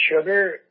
sugar